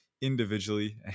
individually